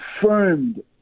confirmed